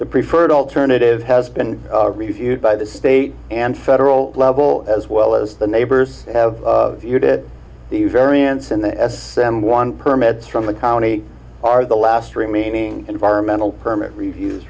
the preferred alternative has been reviewed by the state and federal level as well as the neighbors have the variance in the s m one permits from the county are the last remaining environmental permit reviews